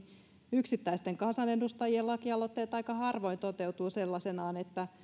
yksittäisten kansanedustajien lakialoitteet aika harvoin toteutuvat sellaisinaan